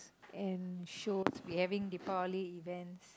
and shows we having Deepavali events